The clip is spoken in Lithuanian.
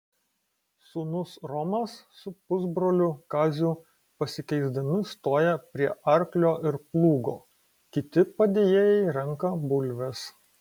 sūnus romas su pusbroliu kaziu pasikeisdami stoja prie arklio ir plūgo kiti padėjėjai renka bulves